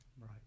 right